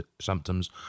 symptoms